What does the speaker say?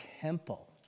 temple